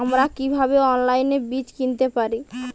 আমরা কীভাবে অনলাইনে বীজ কিনতে পারি?